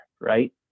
right